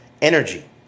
energy